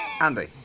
Andy